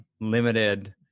limited